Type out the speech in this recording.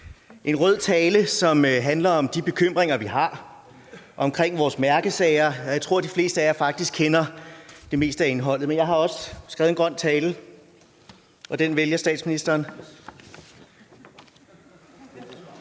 En rød tale, som handler om de bekymringer, vi har omkring vores mærkesager – jeg tror, de fleste af jer faktisk kender det meste af indholdet – men jeg har også skrevet en grøn tale, og den vælger statsministeren.